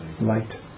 Light